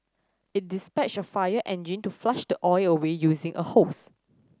it dispatched a fire engine to flush the oil away using a hose